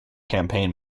campaign